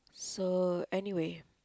so anyway